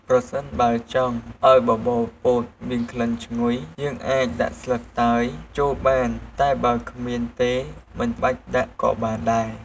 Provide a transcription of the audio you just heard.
ប្រសិនបើចង់ឱ្យបបរពោតមានក្លិនឈ្ងុយ យើងអាចដាក់ស្លឹកតើយចូលបាន តែបើគ្មានទេមិនបាច់ដាក់ក៏បានដែរ។